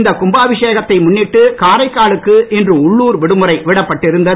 இந்த கும்பாபிஷேகத்தை முன்னிட்டு காரைக்காலுக்கு இன்று உள்ளூர் விடுமுறை விடப்பட்டிருந்தது